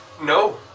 no